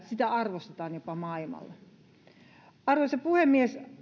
sitä arvostetaan jopa maailmalla arvoisa puhemies